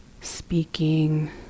speaking